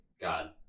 God